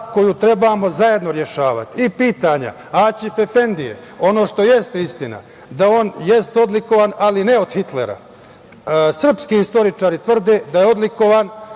koju trebamo zajedno rešavati. I pitanje Aćif efendije, ono što jeste istina da on jeste odlikovan, ali ne od Hitlera. Srpski istoričari tvrde da je odlikovan